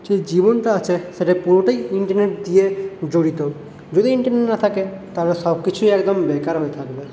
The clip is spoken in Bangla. যে জীবনটা আছে সেটা পুরোটাই ইন্টারনেট দিয়ে জড়িত যদি ইন্টারনেট না থাকে তাহলে সবকিছুই একদম বেকার হয়ে থাকবে